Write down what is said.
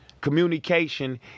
Communication